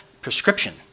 prescription